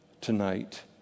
tonight